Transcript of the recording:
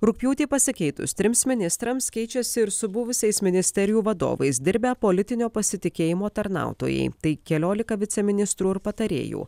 rugpjūtį pasikeitus trims ministrams keičiasi ir su buvusiais ministerijų vadovais dirbę politinio pasitikėjimo tarnautojai tai keliolika viceministrų ir patarėjų